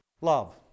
Love